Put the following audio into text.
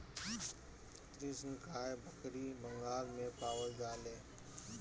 कृष्णकाय बकरी बंगाल में पावल जाले